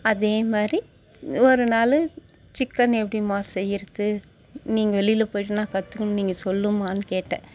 அதேமாதிரி ஒரு நாள் சிக்கன் எப்படிமா செய்கிறது நீங்கள் வெளியில் போய்ட்டிங்கன்னா கற்றுக்கணும் நீங்கள் சொல்லுமான்னு கேட்டேன்